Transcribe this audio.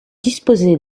disposez